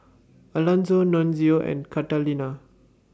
Alanzo Nunzio and Catalina